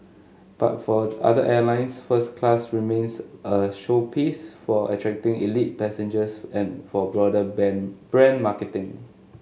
but for other airlines first class remains a showpiece for attracting elite passengers and for broader ban brand marketing